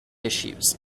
issues